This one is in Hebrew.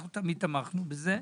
אנחנו תמיד תמכנו בזה.